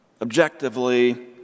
objectively